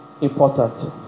important